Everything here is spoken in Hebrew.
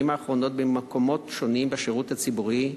האחרונות במקומות שונים בשירות הציבורי,